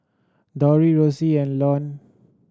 Dori Rossie and Luann